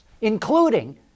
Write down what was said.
including